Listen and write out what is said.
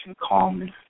calmness